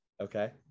Okay